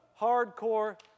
hardcore